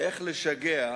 איך לשגע,